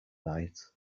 night